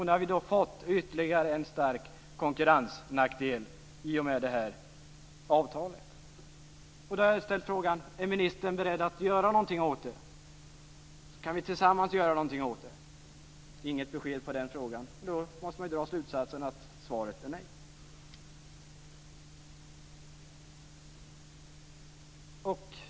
Nu har vi då fått ytterligare en stark konkurrensnackdel i och med detta avtal. Och då har jag ställt frågan: Är ministern beredd att göra någonting åt detta? Kan vi tillsammans göra någonting åt detta? Det har inte kommit något besked i den frågan. Då måste man dra slutsatsen att svaret är nej.